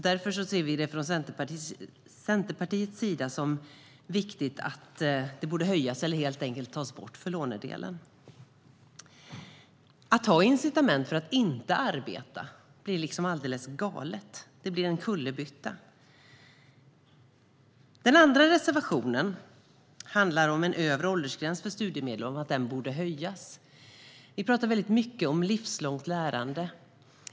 Därför anser Centerpartiet att gränsen borde höjas eller helt enkelt tas bort för lånedelen. Att ha incitament för att inte arbeta blir alldeles galet. Det blir en kullerbytta. Den andra reservationen handlar om att den övre gränsen för studiemedel borde höjas. Vi talar mycket om livslångt lärande.